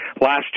last